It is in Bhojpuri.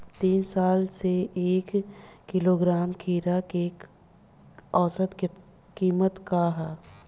तीन साल से एक किलोग्राम खीरा के औसत किमत का ह?